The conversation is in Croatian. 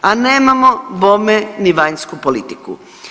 A nemamo bome ni vanjsku politiku.